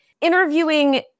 interviewing